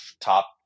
top